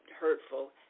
hurtful